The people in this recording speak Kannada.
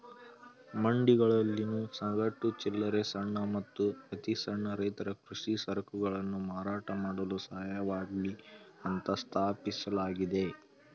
ಮಂಡಿಗಳಲ್ಲಿ ಸಗಟು, ಚಿಲ್ಲರೆ ಸಣ್ಣ ಮತ್ತು ಅತಿಸಣ್ಣ ರೈತರ ಕೃಷಿ ಸರಕುಗಳನ್ನು ಮಾರಾಟ ಮಾಡಲು ಸಹಾಯವಾಗ್ಲಿ ಅಂತ ಸ್ಥಾಪಿಸಲಾಗಿದೆ